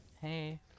hey